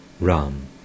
Ram